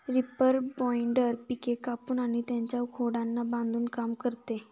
reaper binder पिके कापून आणि त्यांच्या खोडांना बांधून काम करते